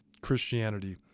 Christianity